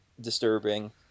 disturbing